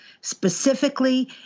specifically